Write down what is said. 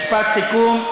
משפט סיכום.